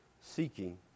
seeking